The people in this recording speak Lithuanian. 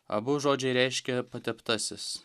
abu žodžiai reiškia pateptasis